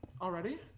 Already